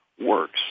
Works